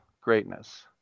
greatness